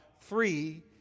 three